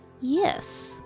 Yes